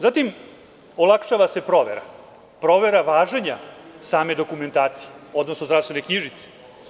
Zatim, olakšava se provera važenja same dokumentacije, odnosno zdravstvene knjižice.